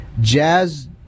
Jazz